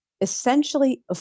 essentially